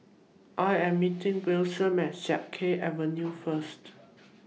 I Am meeting Wiliam At Siak Kew Avenue First